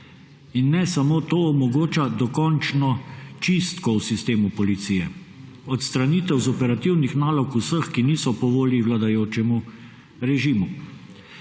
In ne samo to, omogoča dokončno čistko v sistemu policije: odstranitev iz operativnih nalog vseh, ki niso po volji vladajočemu režimu.